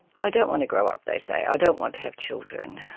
i don't want to grow up they say, i don't want to have children,